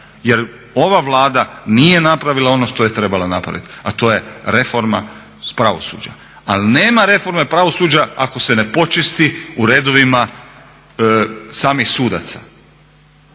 jer ova Vlada nije napravila ono što je trebala napraviti, a to je reforma pravosuđa. Ali nema reforme pravosuđa ako se ne počisti u redovima samih sudaca.